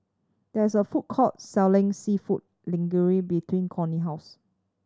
there is a food court selling Seafood Linguine between Corie house